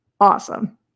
Awesome